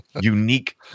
unique